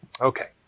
Okay